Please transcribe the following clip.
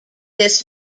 this